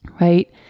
right